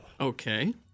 Okay